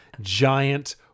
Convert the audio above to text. giant